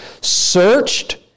searched